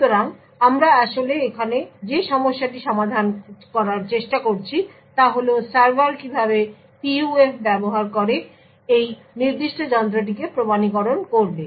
সুতরাং আমরা আসলে এখানে যে সমস্যাটি সমাধান করার চেষ্টা করছি তা হল সার্ভার কীভাবে PUF ব্যবহার করে এই নির্দিষ্ট যন্ত্রটিকে প্রমাণীকরণ করবে